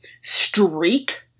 streak